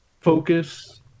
focus